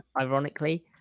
ironically